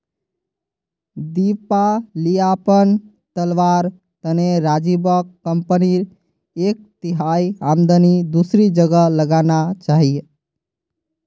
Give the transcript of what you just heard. दिवालियापन टलवार तने राजीवक कंपनीर एक तिहाई आमदनी दूसरी जगह लगाना चाहिए